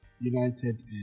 United